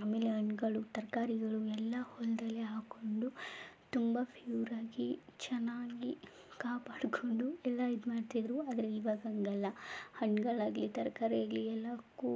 ಆಮೇಲೆ ಹಣ್ಣುಗಳು ತರಕಾರಿಗಳು ಎಲ್ಲ ಹೊಲದಲ್ಲೇ ಹಾಕ್ಕೊಂಡು ತುಂಬ ಪ್ಯೂರಾಗಿ ಚೆನ್ನಾಗಿ ಕಾಪಾಡ್ಕೊಂಡು ಎಲ್ಲ ಇದ್ಮಾಡ್ತಿದ್ರು ಆದರೆ ಈವಾಗ ಹಂಗಲ್ಲ ಹಣ್ಣುಗಳಾಗ್ಲಿ ತರಕಾರಿಯಾಗಲಿ ಎಲ್ಲದಕ್ಕೂ